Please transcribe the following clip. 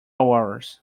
hours